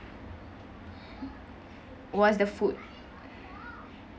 was the food